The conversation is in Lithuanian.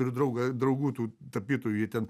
ir draugai draugų tų tapytojų jie ten